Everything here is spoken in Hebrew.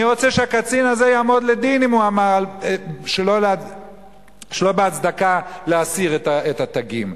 אני רוצה שהקצין הזה יעמוד לדין אם הוא אמר שלא בהצדקה להסיר את התגים,